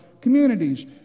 communities